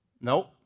Nope